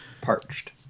parched